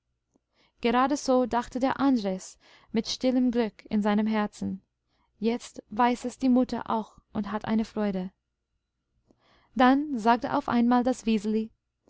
gerade so dachte der andres mit stillem glück in seinem herzen jetzt weiß es die mutter auch und hat eine freude dann sagte auf einmal das